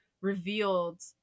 revealed